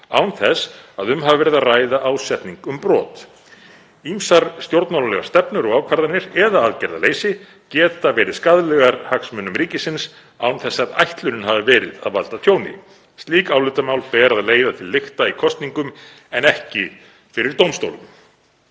án þess að um hafi verið að ræða ásetning um brot. Ýmsar stjórnmálalegar stefnur og ákvarðanir, eða aðgerðaleysi, geta verið skaðlegar hagsmunum ríkisins án þess að ætlunin hafi verið að valda tjóni. Slíkt álitamál ber að leiða til lykta í kosningum en ekki fyrir dómstólum.“